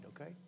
okay